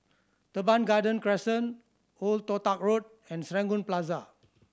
Teban Garden Crescent Old Toh Tuck Road and Serangoon Plaza